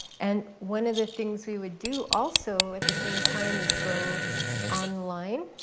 and one of the things we would do, also, at the same time, is go online.